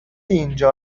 اینجا